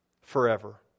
forever